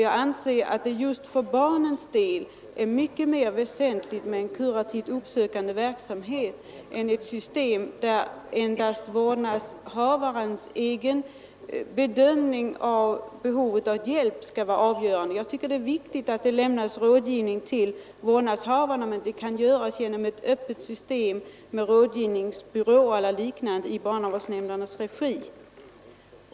Jag anser att det just för barnens del är mycket mer väsentligt med en kurativ uppsökande verksamhet än ett system där endast vårdnadshavarens egen bedömning av behovet av hjälp skall vara avgörande. Det är viktigt att det lämnas råd till vårdnadshavarna, men det kan göras genom ett öppet system med rådgivningsbyråer eller liknande i barnavårdsnämndernas regi.